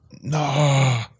No